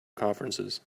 conferences